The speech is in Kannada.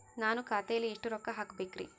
ನಾನು ಖಾತೆಯಲ್ಲಿ ಎಷ್ಟು ರೊಕ್ಕ ಹಾಕಬೇಕ್ರಿ?